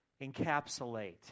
encapsulate